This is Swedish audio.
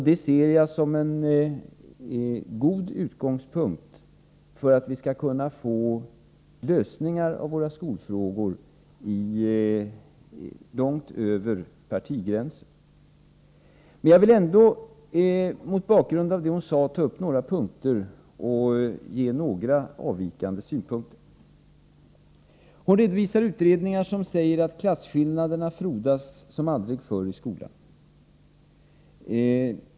Det ser jag som en god utgångspunkt för att vi skall kunna få lösningar av våra skolfrågor långt över partigränserna. Men jag vill ändå mot bakgrund av det hon sade ta upp några punkter och anföra några avvikande synpunkter. Inga Lantz redovisar utredningar som säger att klasskillnaderna frodas som aldrig förr i skolan.